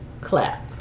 clap